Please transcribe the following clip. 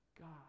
God